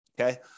okay